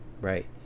Right